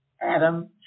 Adam